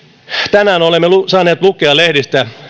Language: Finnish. tänään olemme saaneet lukea lehdistä